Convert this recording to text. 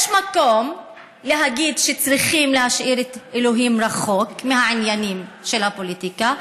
יש מקום להגיד שצריכים להשאיר את אלוהים רחוק מהעניינים של הפוליטיקה.